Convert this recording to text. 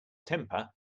temper